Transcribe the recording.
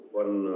one